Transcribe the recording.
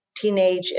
teenage